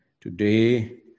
today